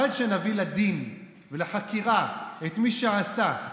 עד שנביא לדין ולחקירה את מי שעשה,